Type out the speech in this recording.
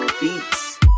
beats